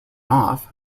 off